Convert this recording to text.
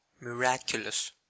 miraculous